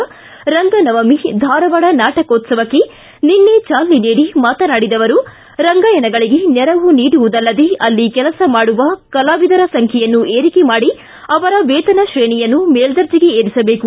ರಂಗ ನವಮಿ ಧಾರವಾಡ ನಾಟಕೋತ್ತವಕ್ಕೆ ಚಾಲನೆ ನೀಡಿ ಮಾತನಾಡಿದ ಅವರು ರಂಗಾಯಣಗಳಿಗೆ ನೆರವು ನೀಡುವುದಲ್ಲದೇ ಅಲ್ಲಿ ಕೆಲಸ ಮಾಡುವ ಕಲಾವಿದರ ಸಂಖ್ಯೆಯನ್ನು ಏರಿಕೆ ಮಾಡಿ ಅವರ ವೇತನ ತ್ರೇಣಿಯನ್ನು ಮೇಲ್ವರ್ಜೆಗೆ ಏರಿಸಬೇಕು